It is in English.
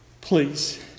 please